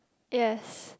yes